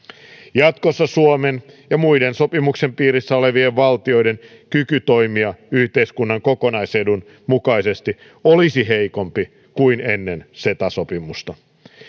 jatkossa suomen ja muiden sopimuksen piirissä olevien valtioiden kyky toimia yhteiskunnan kokonaisedun mukaisesti olisi heikompi kuin ennen ceta sopimusta